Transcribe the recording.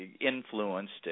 influenced